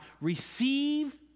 receive